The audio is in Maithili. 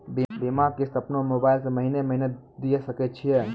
बीमा किस्त अपनो मोबाइल से महीने महीने दिए सकय छियै?